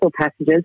passages